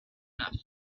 enough